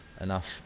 enough